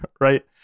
right